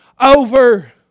over